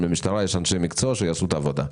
למשטרה יש אנשי מקצוע שיעשו את העבודה.